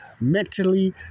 mentally